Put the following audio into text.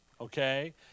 Okay